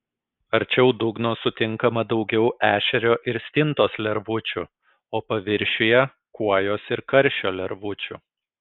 arčiau dugno sutinkama daugiau ešerio ir stintos lervučių o paviršiuje kuojos ir karšio lervučių